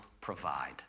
Provide